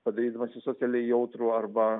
padarydamas jį socialiai jautrų arba